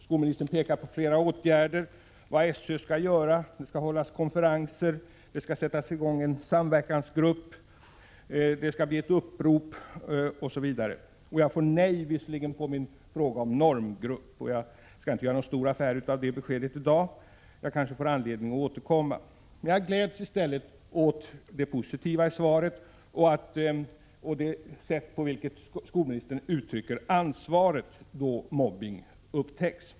Skolministern pekar på flera åtgärder — vad SÖ skall göra, att det skall hållas konferenser, att man skall sätta i gång en samverkansgrupp, att det skall bli ett upprop, osv. Visserligen får jag nej på min fråga om normgrupp, men jag 13 skallinte göra någon stor affär av det beskedet i dag; jag kanske får tillfälle att återkomma. Jag gläds i stället åt det positiva i svaret och det sätt på vilket skolministern ger uttryck för sina synpunkter när det gäller ansvaret då mobbning upptäcks.